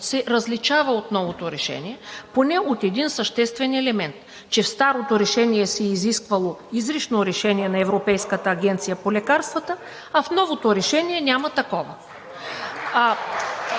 се различава от новото решение поне по един съществен елемент, че в старото решение се е изисквало изрично решение на Европейската агенция по лекарствата, а в новото решение няма такова.